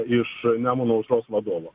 iš nemuno aušros vadovo